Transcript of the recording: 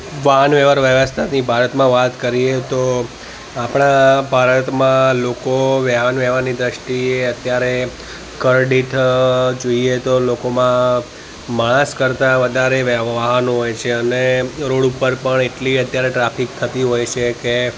વાહન વ્યવહાર વ્યવસ્થાની ભારતમાં વાત કરીએ તો આપણાં ભારતમાં લોકો વાહન વ્યવહારની દૃષ્ટિએ અત્યારે ઘર દીઠ જોઈએ તો લોકોમાં માણસ કરતાં વધારે વે વાહનો હોય છે અને રોડ ઉપર પણ એટલી અત્યારે ટ્રાફિક થતી હોય છે કે